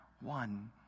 one